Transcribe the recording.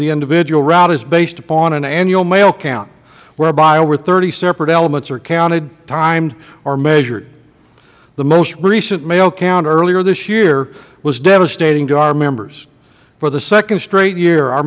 the individual route is based upon an annual mail count whereby over thirty separate elements are counted timed or measured the most recent mail count earlier this year was devastating to our members for the second straight year our